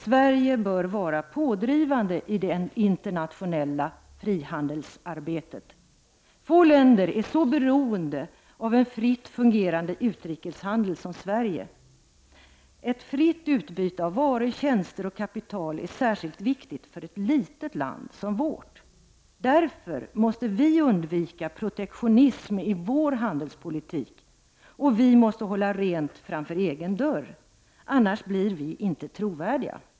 Sverige bör vara pådrivande i det internationella frihandelsarbetet. Få länder är så beroende av en fritt fungerande utrikeshandel som Sverige. Ett fritt utbyte av varor, tjänster och kapital är särskilt viktigt för ett litet land som vårt. Därför måste vi undvika protektionism i vår handelspolitik, och vi måste hålla rent framför egen dörr. Annars blir vi inte trovärdiga.